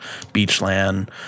Beachland